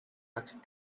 asked